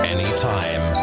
Anytime